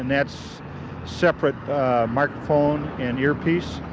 that's separate microphone and earpiece,